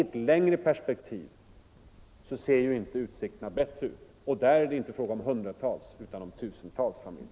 I ett längre perspektiv ser inte utsikterna bättre ut, och där är det — vid verksutflyttning, inte fråga om hundratals utan om tusentals familjer.